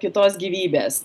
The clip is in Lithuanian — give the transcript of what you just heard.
kitos gyvybės